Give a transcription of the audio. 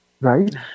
Right